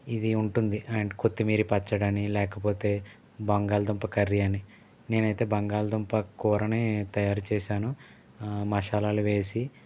ఇది ఉంటుంది అండ్ కొత్తిమీర పచ్చడని లేకపోతే బంగాళదుంప కర్రీ అని నేనైతే బంగాళదుంప కూరని తయారు చేశాను మసాలాలు వేసి